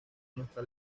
nuestra